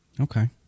okay